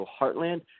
Heartland